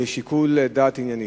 שיקול דעת ענייני.